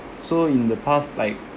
so in the past like